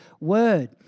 word